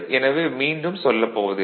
எனவே மீண்டும் சொல்லப் போவதில்லை